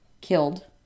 killed